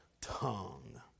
tongue